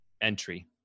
entry